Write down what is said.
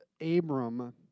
Abram